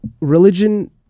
religion